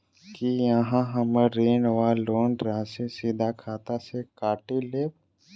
की अहाँ हम्मर ऋण वा लोन राशि सीधा खाता सँ काटि लेबऽ?